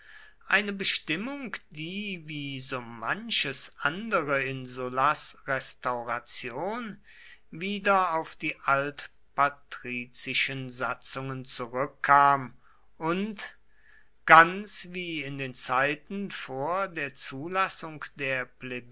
eine bestimmung die wie so manches andere in sullas restauration wieder auf die altpatrizischen satzungen zurückkam und ganz wie in den zeiten vor der zulassung der